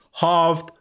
halved